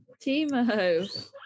Timo